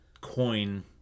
coin